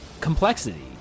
complexity